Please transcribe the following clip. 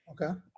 okay